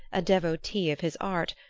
a devotee of his art,